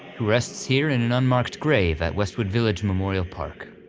who rests here in an unmarked grave at westwood village memorial park.